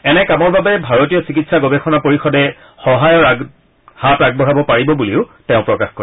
এনে কামৰ বাবে ভাৰতীয় চিকিৎসা গৱেষণা পৰিষদে সহায়ৰ হাত আগবঢ়াব পাৰিব বুলিও তেওঁ প্ৰকাশ কৰে